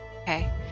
Okay